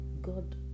God